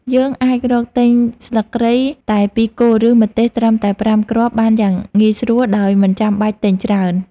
យើងអាចរកទិញស្លឹកគ្រៃតែពីរគល់ឬម្ទេសត្រឹមតែប្រាំគ្រាប់បានយ៉ាងងាយស្រួលដោយមិនចាំបាច់ទិញច្រើន។